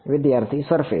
વિદ્યાર્થી સરફેસ